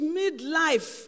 midlife